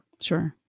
Sure